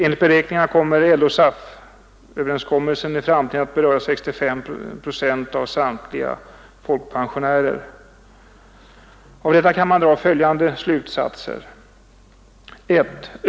Enligt beräkningar kommer LO-SAF-överenskommelsen i framtiden att beröra 65 procent av samtliga folkpensionärer. Av detta kan man dra följande slutsatser. 1.